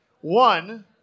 One